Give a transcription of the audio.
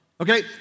Okay